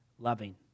Loving